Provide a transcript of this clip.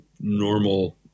normal